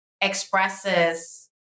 expresses